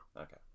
okay